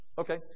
Okay